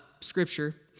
Scripture